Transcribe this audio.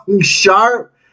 sharp